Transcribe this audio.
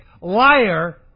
liar